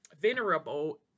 venerable